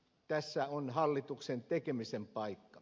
tässä on hallituksen tekemisen paikka